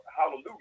hallelujah